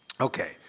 Okay